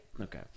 Okay